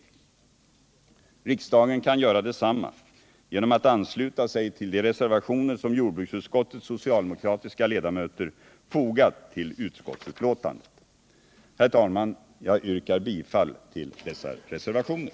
Riksdagen kan göra detsamma genom att ansluta sig till de reservationer som jordbruksutskottets socialdemokratiska ledamöter fogat till utskottsbetänkandet. Herr talman! Jag yrkar bifall till dessa reservationer.